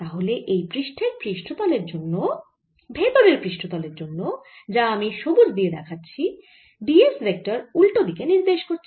তাহলে এই ভেতরের পৃষ্ঠতলের জন্য যা আমি সবুজ দিয়ে দেখাচ্ছি d s ভেক্টর উল্টো দিকে নির্দেশ করছে